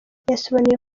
yasobanuye